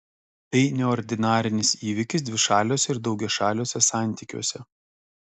tai neordinarinis įvykis dvišaliuose ir daugiašaliuose santykiuose